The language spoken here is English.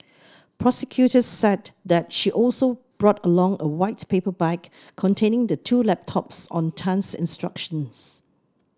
prosecutors said that she also brought along a white paper bag containing the two laptops on Tan's instructions